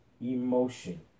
emotion